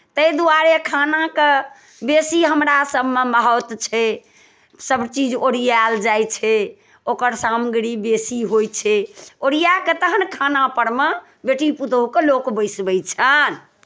ताहि दुआरे खानाके बेसी हमरासभमे महत्व छै सभचीज ओरियाएल जाइ छै ओकर सामग्री बेसी होइ छै ओरिया कऽ तहन खानापर मे बेटी पुतहुकेँ लोक बैसबैत छनि